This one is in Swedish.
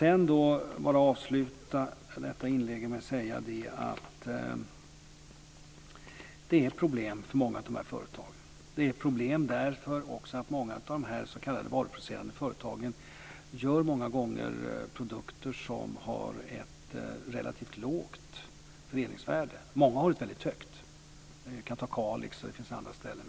Sedan ska jag avsluta detta inlägg med att säga att det är problem för många av de här företagen. Det är problem därför att många av de s.k. varuproducerande företagen många gånger gör produkter som har ett relativt lågt förädlingsvärde. Många har ett högt förädlingsvärde. Vi kan ta Kalix, och det finns andra ställen.